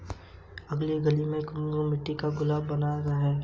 अगली गली में कुम्हार मट्टी का गुल्लक बनाता है